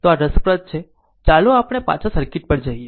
તો આ રસપ્રદ છે ચાલો આપણે પાછા સર્કિટ પર જઈએ